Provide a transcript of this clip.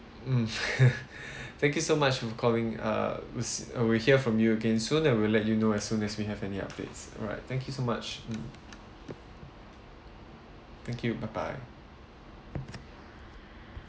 mm thank you so much for calling uh was uh will hear from you again soon and we'll let you know as soon as we have any updates alright thank you so much mm thank you bye bye